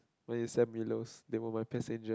when you Sam-Willows they were my passenger